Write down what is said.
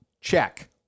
Check